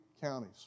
counties